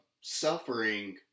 suffering